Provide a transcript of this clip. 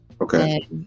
Okay